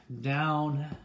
down